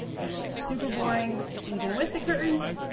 it looked super boring, even with the curtains,